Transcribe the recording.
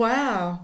Wow